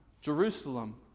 Jerusalem